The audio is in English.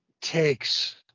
takes